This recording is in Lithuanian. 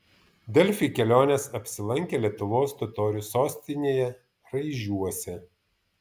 delfi kelionės apsilankė lietuvos totorių sostinėje raižiuose